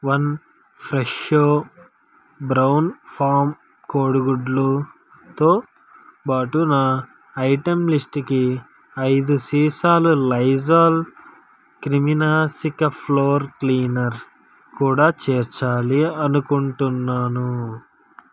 one Fresho brown farm కోడిగుడ్లు తో బాటు నా ఐటెం లిస్టుకి ఐదు సీసాలు లైజాల్ క్రిమినాశక ఫ్లోర్ క్లీనర్ కూడా చేర్చాలి అనుకుంటున్నాను